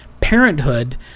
parenthood